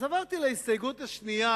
אז עברתי להסתייגות השנייה,